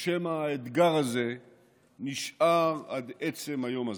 או שמא האתגר הזה נשאר עד עצם היום הזה.